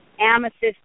amethyst